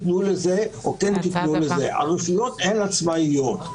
הרשויות הן עצמאיות.